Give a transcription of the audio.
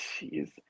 jeez